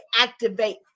activate